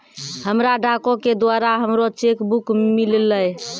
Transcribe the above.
हमरा डाको के द्वारा हमरो चेक बुक मिललै